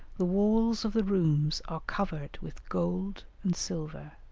the walls of the rooms are covered with gold and silver,